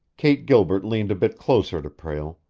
kate gilbert leaned a bit closer to prale,